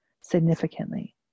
significantly